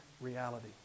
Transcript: reality